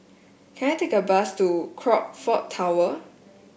can I take a bus to Crockford Tower